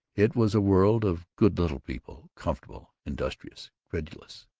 it was a world of good little people, comfortable, industrious, credulous.